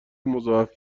مضاعف